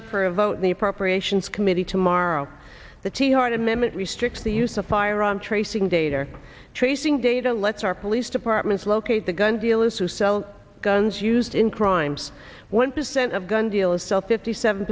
up for a vote in the appropriations committee tomorrow the tiahrt amendment restricts the use of firearm tracing data tracing data let's our police departments locate the gun dealers who sell guns used in crimes one percent of gun dealers sell fifty seven